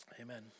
Amen